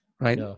right